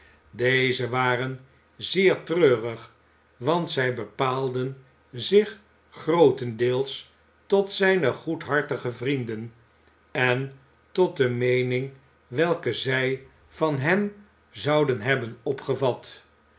deze waren zeer treurig want zij bepaalden zich grootendeels tot zijne goedhartige vrienden en tot de meening welke zij van hem zouden hebben opgevat